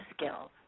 skills